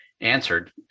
answered